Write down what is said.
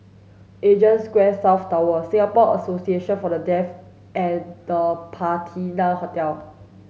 Asia Square South Tower Singapore Association for the Deaf and The Patina Hotel